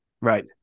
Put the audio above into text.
right